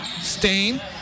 Stain